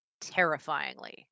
terrifyingly